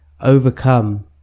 overcome